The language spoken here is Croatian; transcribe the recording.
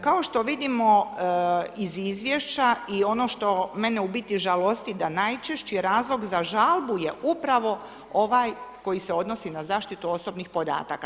Kao što vidimo iz Izvješća i ono što mene u biti žalosti da najčešći razlog za žalbu je upravo ovaj koji se odnosi na zaštitu osobnih podataka.